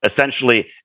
essentially